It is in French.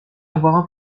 avoir